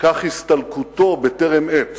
כך הסתלקותו בטרם עת